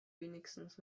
wenigstens